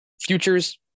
futures